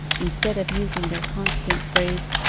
instead of using their constant phrase,